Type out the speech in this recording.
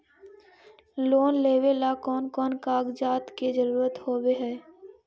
Loan लेबे ला कौन कौन कागजात के जरुरत होबे है?